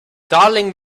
darling